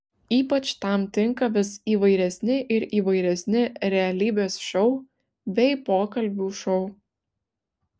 ypač tam tinka vis įvairesni ir įvairesni realybės šou bei pokalbių šou